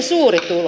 puhemies